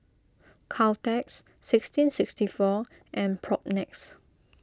Caltex sixteen sixty four and Propnex